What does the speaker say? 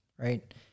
Right